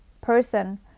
person